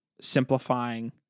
simplifying